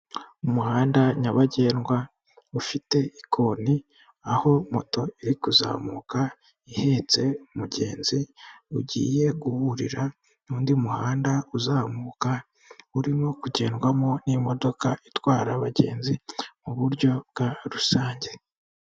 Umuhanda nyabagendwa ufite ikoni aho moto iri kuzamuka ihetse umugenzi ugiye guhurira n'undi muhanda uzamuka, urimo kugendwamo n'imodoka itwara abagenzi mu buryo bwa rusange.